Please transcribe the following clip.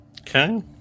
Okay